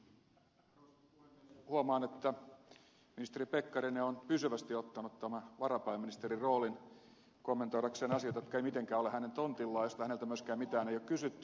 huomaan että ministeri pekkarinen on pysyvästi ottanut tämän varapääministerin roolin kommentoidakseen asioita jotka eivät mitenkään ole hänen tontillaan joista häneltä myöskään mitään ei ole kysytty